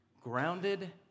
grounded